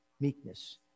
meekness